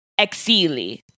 Exili